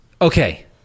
Okay